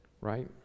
right